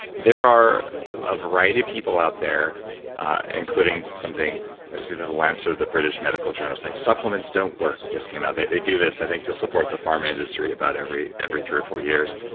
there are a variety of people out there including something it was either the lancet or the british medical journal saying supplements don't work, just came out they they do this i think to support the farm industry about every every three or four years.